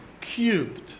cubed